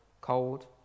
cold